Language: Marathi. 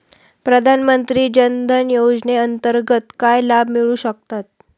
प्रधानमंत्री जनधन योजनेअंतर्गत काय लाभ मिळू शकतात?